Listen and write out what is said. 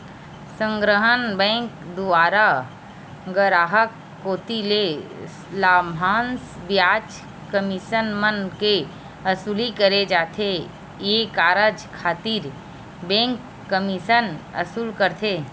संग्रहन बेंक दुवारा गराहक कोती ले लाभांस, बियाज, कमीसन मन के वसूली करे जाथे ये कारज खातिर बेंक कमीसन वसूल करथे